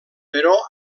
però